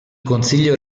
consiglio